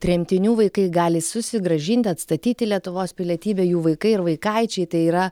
tremtinių vaikai gali susigrąžint atstatyti lietuvos pilietybę jų vaikai ir vaikaičiai tai yra